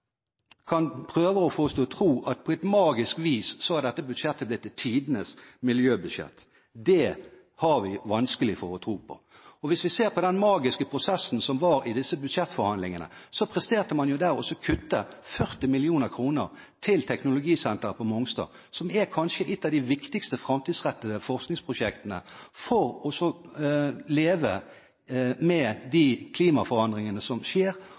å få oss til å tro at på et magisk vis er dette budsjettet blitt til tidenes miljøbudsjett? Det har vi vanskelig for å tro på. Hvis vi ser på den magiske prosessen som var i disse budsjettforhandlingene, presterte man der å kutte 40 mill. kr til Teknologisenteret på Mongstad, som kanskje er et av de viktigste framtidsrettede forskningsprosjektene for å kunne leve med de klimaforandringene som skjer,